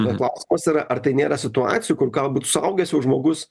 nu klausimas yra ar tai nėra situacijų kur galbūt suaugęs jau žmogus